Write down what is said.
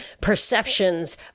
perceptions